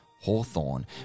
Hawthorne